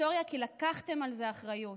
כי לקחתם על זה אחריות,